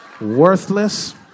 worthless